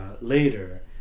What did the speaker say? later